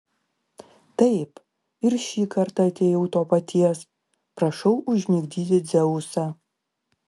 taip ir šį kartą atėjau to paties prašau užmigdyti dzeusą